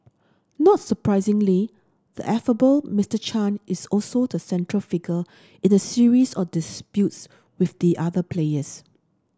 not surprisingly the affable Mister Chan is also the central figure in a series of disputes with the other players